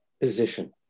position